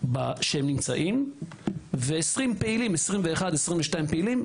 שנמצאים ו-21-22 פעילים.